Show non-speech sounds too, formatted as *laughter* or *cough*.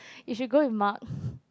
you should go with Mark *laughs*